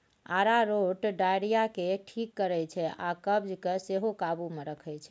अरारोट diarrhoea केँ ठीक करै छै आ कब्ज केँ सेहो काबु मे रखै छै